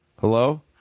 Hello